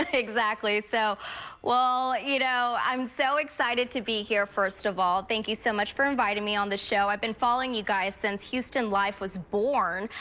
ah exactly. so well, you know i'm so excited to be here, first of all, thank you so much for inviting me on the show. i've been following you guys since houston life was born.